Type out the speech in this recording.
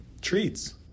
treats